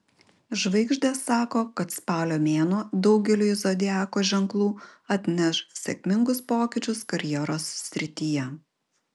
žvaigždės sako kad spalio mėnuo daugeliui zodiako ženklų atneš sėkmingus pokyčius karjeros srityje